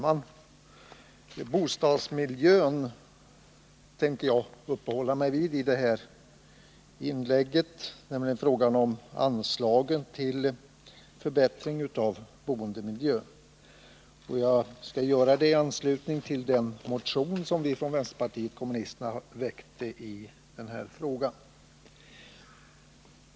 Herr talman! Jag skall i det här inlägget uppehålla mig vid den fråga som gäller bidrag till förbättring av boendemiljön, och jag hänvisar här till den motion som vänsterpartiet kommunisterna har väckt.